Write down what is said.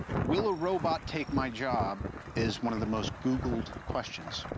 will a robot take my job? is one of the most googled questions.